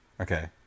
Okay